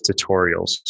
tutorials